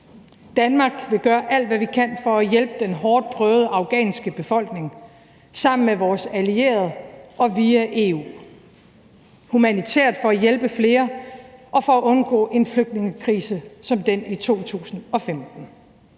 Danmark vil gøre alt, hvad vi kan, for at hjælpe den hårdt prøvede afghanske befolkning sammen med vores allierede og via EU, humanitært for at hjælpe flere og for at undgå en flygtningekrise som den i 2015.